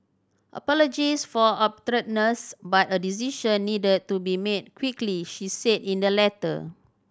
apologies for abruptness but a decision needed to be made quickly she said in the letter